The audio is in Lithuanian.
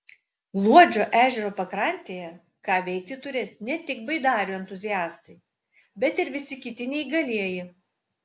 luodžio ežero pakrantėje ką veikti turės ne tik baidarių entuziastai bet ir visi kiti neįgalieji